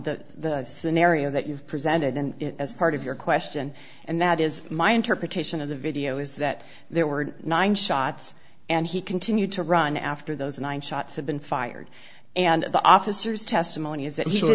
with the scenario that you've presented as part of your question and that is my interpretation of the video is that there were nine shots and he continued to run after those one shots had been fired and the officers testimony is that he